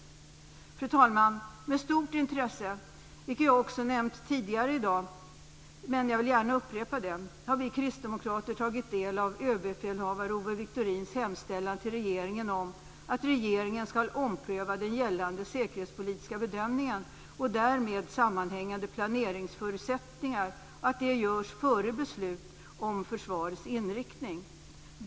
Vi kristdemokrater har med stort intresse - något som jag nämnt tidigare i dag men gärna vill upprepa - tagit del av överbefälhavare Owe Wiktorins hemställan till regeringen om att regeringen skall ompröva den gällande säkerhetspolitiska bedömningen och därmed sammanhängande planeringsförutsättningar och att det görs före beslut om försvarets inriktning.